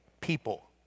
people